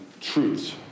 truths